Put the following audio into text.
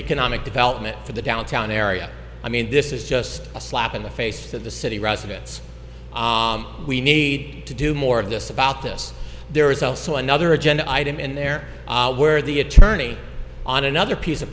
economic development for the downtown area i mean this is just a slap in the face to the city residents we need to do more of this about this there is also another agenda item in there where the attorney on another piece of